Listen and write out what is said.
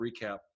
recap